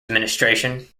administration